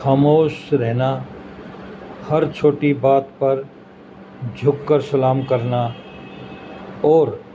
خاموس رہنا ہر چھوٹی بات پر جھک کر سلام کرنا اور